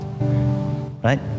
right